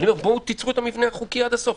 צרו את המבנה החוקי עד הסוף.